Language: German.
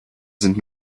sind